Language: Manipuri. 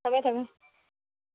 ꯊꯝꯃꯦ ꯊꯝꯃꯦ